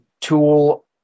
tool